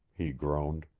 he groaned.